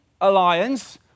alliance